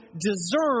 deserve